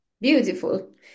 Beautiful